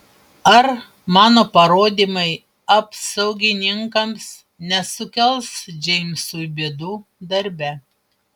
ar mano parodymai apsaugininkams nesukels džeimsui bėdų darbe